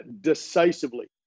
decisively